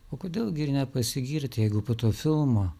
o kodėl gi ir nepasigirti jeigu po to filmo